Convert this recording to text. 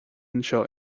anseo